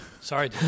sorry